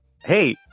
Hey